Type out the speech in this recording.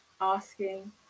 asking